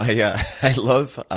i yeah i love